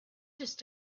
just